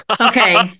Okay